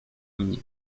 mnie